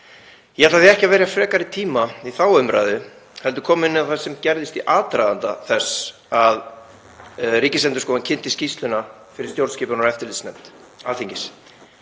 Ég ætla því ekki að verja frekari tíma í þá umræðu heldur koma inn á það sem gerðist í aðdraganda þess að Ríkisendurskoðun kynnti skýrsluna fyrir stjórnskipunar- og eftirlitsnefnd Alþingis.